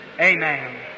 Amen